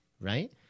right